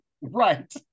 Right